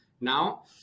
now